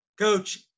Coach